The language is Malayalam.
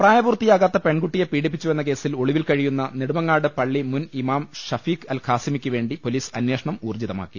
പ്രായപൂർത്തിയാകാത്ത പെൺകുട്ടിയെ പീഡിപ്പിച്ചുവെന്ന കേസിൽ ഒളിവിൽ കഴിയുന്ന നെടുമങ്ങാട് പള്ളി മുൻ ഇമാം ഷ ഫീഖ് അൽ ഖാസിമിക്ക് വേണ്ടി പൊലീസ് അന്വേഷണം ഊർജി തമാക്കി